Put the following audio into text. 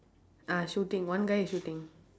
ah shooting one guy is shooting